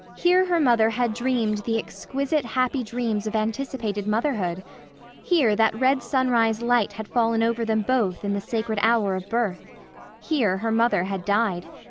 here her mother had dreamed the exquisite, happy dreams of anticipated motherhood here that red sunrise light had fallen over them both in the sacred hour of birth here her mother had died.